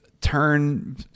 turn